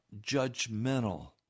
judgmental